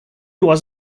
was